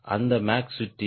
அந்த மேக் சுற்றி 0